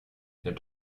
nimmt